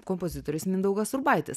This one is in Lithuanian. kompozitorius mindaugas urbaitis